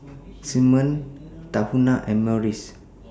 Simmons Tahuna and Morries